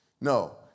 No